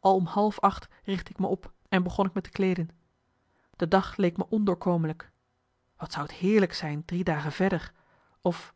al om half acht richtte ik me op en begon ik me te kleeden de dag leek me ondoorkomelijk wat zou t heerlijk zijn drie dagen verder of